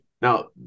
now